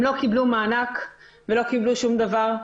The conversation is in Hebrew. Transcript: הן לא קיבלו מענק, ולא קיבלו שום דבר.